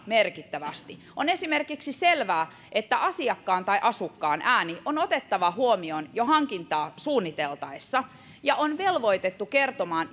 merkittävästi on esimerkiksi selvää että asiakkaan tai asukkaan ääni on otettava huomioon jo hankintaa suunniteltaessa ja on velvoitettu kertomaan